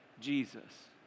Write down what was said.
Jesus